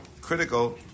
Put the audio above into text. critical